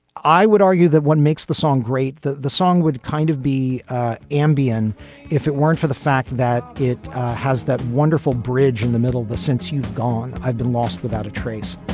i would argue that what makes the song great, that the song would kind of be ambien if it weren't for the fact that it has that wonderful bridge in the middle. the since you've gone, i've been lost without a trace.